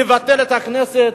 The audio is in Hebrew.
לבטל את הכנסת.